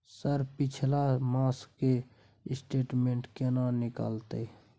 Sir पिछला मास के स्टेटमेंट केना निकलते?